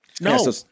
No